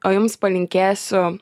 o jums palinkėsiu